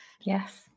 Yes